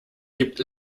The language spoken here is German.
gibt